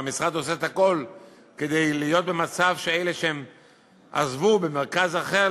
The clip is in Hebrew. והמשרד עושה הכול כדי להיות במצב שאלה שעזבו במרכז אחד,